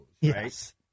Yes